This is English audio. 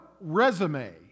resume